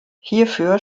hierfür